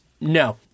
no